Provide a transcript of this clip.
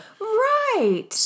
Right